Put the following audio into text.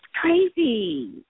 crazy